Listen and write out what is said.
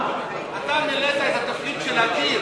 אתה מילאת את התפקיד של הקיר,